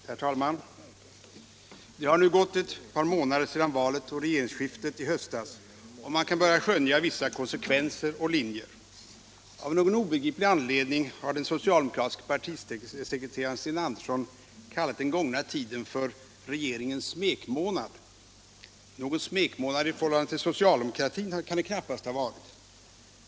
Herr talman! Det har nu gått ett par månader sedan valet och regeringsskiftet i höstas, och man kan börja skönja vissa konsekvenser och linjer. Av någon obegriplig anledning har den socialdemokratiska partisekreteraren Sten Andersson kallat den gångna tiden för ”regeringens smekmånad”. Någon smekmånad i förhållande till socialdemokratin kan det knappast ha varit.